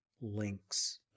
links